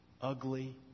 ugly